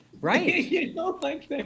Right